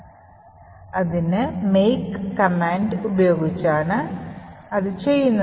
make എന്ന command ഉപയോഗിച്ചാണ് അത് ചെയ്യുന്നത്